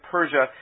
Persia